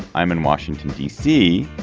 i'm in washington d c.